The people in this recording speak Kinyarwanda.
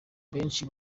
benshi